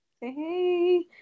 Hey